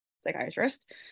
psychiatrist